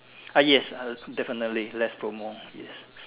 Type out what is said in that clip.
uh yes uh definitely less promo yes